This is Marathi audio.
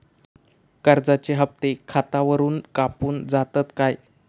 कर्जाचे हप्ते खातावरून कापून जातत काय?